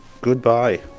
goodbye